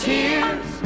Tears